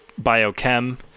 biochem